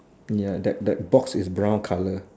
ya that that box is brown colour